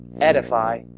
edify